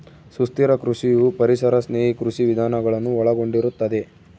ಸುಸ್ಥಿರ ಕೃಷಿಯು ಪರಿಸರ ಸ್ನೇಹಿ ಕೃಷಿ ವಿಧಾನಗಳನ್ನು ಒಳಗೊಂಡಿರುತ್ತದೆ